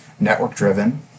network-driven